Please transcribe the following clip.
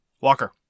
Walker